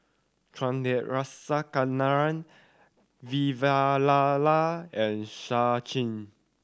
Chandrasekaran Vavilala and Sachin